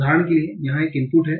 उदाहरण के लिए यहाँ एक इनपुट है